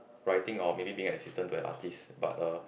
writing or maybe being an assistant to an artist but uh